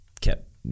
kept